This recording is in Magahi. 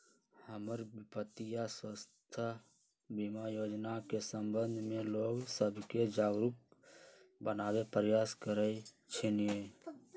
हमर पितीया स्वास्थ्य बीमा जोजना के संबंध में लोग सभके जागरूक बनाबे प्रयास करइ छिन्ह